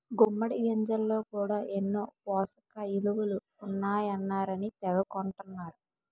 గుమ్మిడి గింజల్లో కూడా ఎన్నో పోసకయిలువలు ఉంటాయన్నారని తెగ కొంటన్నరు